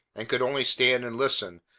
and could only stand and listen,